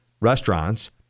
restaurants